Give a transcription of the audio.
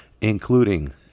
including